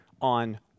on